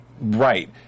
right